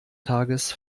tages